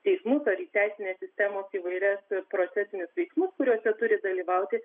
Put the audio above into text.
teismus ar į teisinės sistemos įvairius procesinius veiksmus kuriuose turi dalyvauti